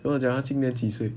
跟我讲她今年几岁